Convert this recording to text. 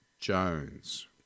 Jones